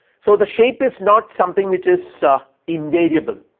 so, the shape is not something which is so invariable,